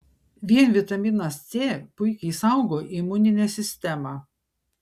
vien vitaminas c puikiai saugo imuninę sistemą